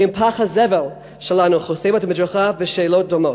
אם פח הזבל שלנו חוסם את המדרכה, ושאלות דומות.